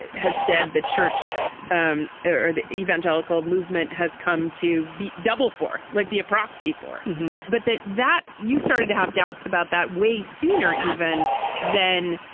has said the church um or the evangelical movement has come to be double for like be a proxy for but that that you started to have doubts about that way sooner, even then,